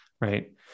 Right